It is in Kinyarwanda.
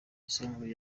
isanzwe